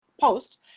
post